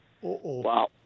Wow